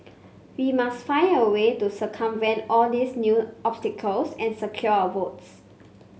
we must find a way to circumvent all these new obstacles and secure our votes